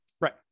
Right